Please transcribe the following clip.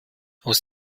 aus